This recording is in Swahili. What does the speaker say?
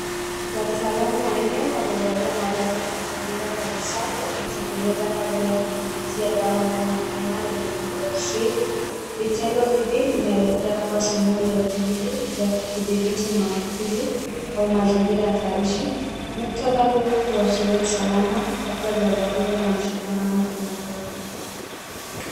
Wataalam wanne wamevalia mavazi ya kujikinga kabisa wakitekeleza kazi ya kunyunyuzia dawa ndani ya hema lenye nembo ya USAID.Vitendo hivi vinaelekea kuwa sehemu ya juhudi za kuthibiti maambikizi kwa mazingira tarishi. Mkutadha huu huashiria usalama, hatua za dharura na mshikamano wa kimataifa.